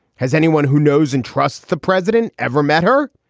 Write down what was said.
has anyone who knows and trusts the president ever met her?